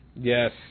yes